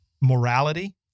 morality